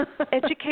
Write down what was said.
education